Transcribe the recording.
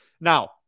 Now